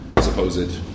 supposed